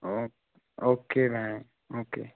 ओ okay भाइ okay